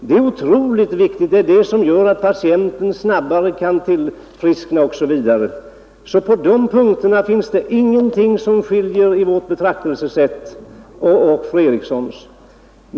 Det är något mycket viktigt som kan bidra till att patienten tillfrisknar tidigare osv. På denna punkt finns det ingen skillnad mellan vårt betraktelsesätt och fru Erikssons.